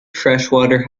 freshwater